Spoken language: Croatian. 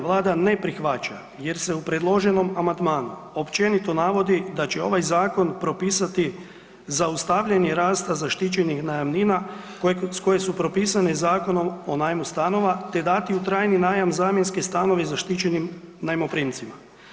Vlada ne prihvaća jer se u predloženom amandmanu općenito navodi da će ovaj zakon propisati zaustavljanje rasta zaštićenih najamnina koje su propisane Zakonom o najmu stanova te dati u trajni najam zamjenske stanove zaštićenim najmoprimcima.